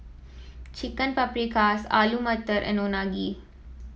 Chicken Paprikas Alu Matar and Unagi